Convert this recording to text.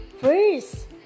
first